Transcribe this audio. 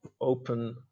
open